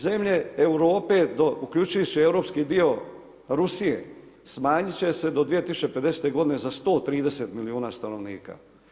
Zemlje Europe uključujući europski dio Rusije, smanjit će se do 2050. g. za 130 milijuna stanovnika.